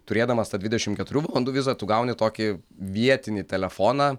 turėdamas tą dvidešimt keturių valandų vizą tu gauni tokį vietinį telefoną